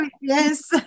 Yes